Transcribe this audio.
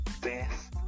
best